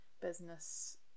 business